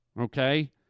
Okay